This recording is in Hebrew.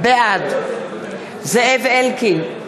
בעד זאב אלקין,